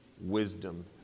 wisdom